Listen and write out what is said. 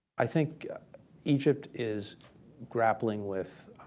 i think egypt is grappling with